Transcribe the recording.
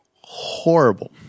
horrible